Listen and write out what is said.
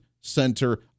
center